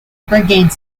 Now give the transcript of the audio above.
brigade